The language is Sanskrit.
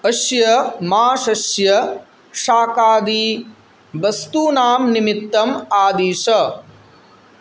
अस्य मासस्य शाकादिवस्तूनां निमित्तम् आदिश